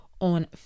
on